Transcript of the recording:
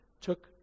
took